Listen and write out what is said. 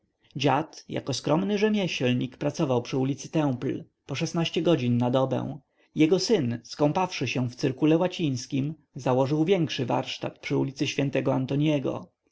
dziad jako skromny rzemieślnik pracował przy ulicy temple po godzin na dobę jego syn skąpawszy się w cyrkule łacińskim założył większy warsztat przy ulicy św antoniego